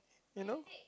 you know